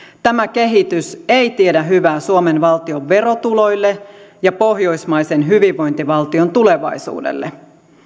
tämä kehitys ei tiedä hyvää suomen valtion verotuloille ja pohjoismaisen hyvinvointivaltion tulevaisuudelle